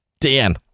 Dan